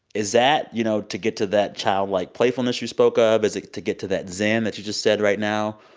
is that, you know, to get to that childlike playfulness you spoke of? is it to get to that zen that you just said right now?